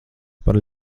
par